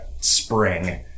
spring